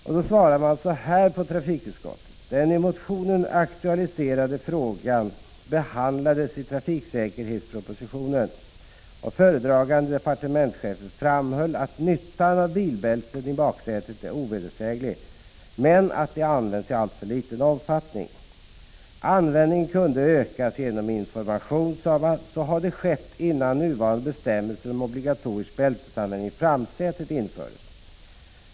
Med anledning av denna sade trafikutskottet att den i motionen aktualiserade frågan hade behandlats i trafiksäkerhetspropositionen och att föredragande departementschefen framhållit att nyttan av bilbälten i baksätet är ovedersäglig men att de användes i alltför liten omfattning. Han sade vidare att användningen kunde ökas genom information och att så ju hade skett innan bestämmelser om obligatorisk bilbältesanvändning i framsätet infördes.